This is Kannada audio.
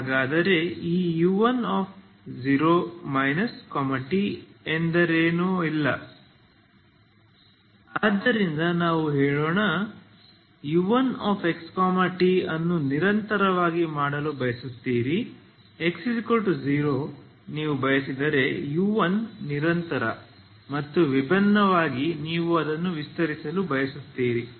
ಹಾಗಾದರೆ ಈ u10 t ಎಂದರೇನು ಇಲ್ಲ ಆದ್ದರಿಂದ ನಾವು ಹೇಳೋಣ u1xt ಅನ್ನು ನಿರಂತರವಾಗಿ ಮಾಡಲು ಬಯಸುತ್ತೀರಿ x0 ನೀವು ಬಯಸಿದರೆ u1 ನಿರಂತರ ಮತ್ತು ವಿಭಿನ್ನವಾಗಿ ನೀವು ಅದನ್ನು ವಿಸ್ತರಿಸಲು ಬಯಸುತ್ತೀರಿ